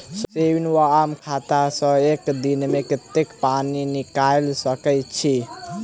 Saving वा आम खाता सँ एक दिनमे कतेक पानि निकाइल सकैत छी?